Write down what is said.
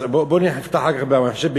אז בוא נפתח אחר כך במחשב.